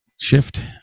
shift